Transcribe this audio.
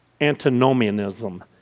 antinomianism